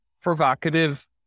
provocative